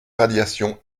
radiations